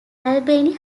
albany